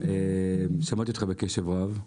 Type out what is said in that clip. שמעתי אותך בקשב רב.